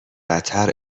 قطر